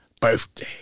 birthday